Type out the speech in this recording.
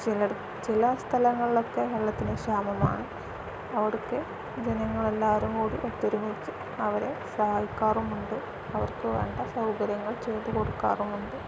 ചില ചില സ്ഥലങ്ങളിലൊക്കെ വെള്ളത്തിന് ക്ഷാമമാണ് അവർക്ക് ജനങ്ങൾ എല്ലാവരും കൂടി ഒത്തൊരുമിച്ചു അവരെ സഹായിക്കാറുമുണ്ട് അവർക്ക് വേണ്ട സൗകര്യങ്ങൾ ചെയ്തു കൊടുക്കാറുമുണ്ട്